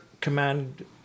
command